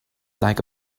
like